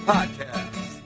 Podcast